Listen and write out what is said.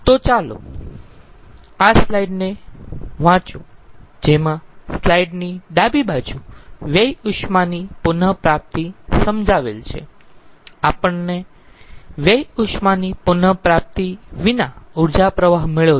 તો ચાલો આ સ્લાઇડને વાંચો જેમાં સ્લાઇડની ડાબી બાજુ વ્યય ઉષ્માની પુન પ્રાપ્તિ સમજાવેલ છે આપણને વ્યય ઉષ્માની પુન પ્રાપ્તિ વિના ઊર્જા પ્રવાહ મળ્યો છે